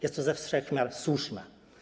Jest to ze wszech miar słuszne.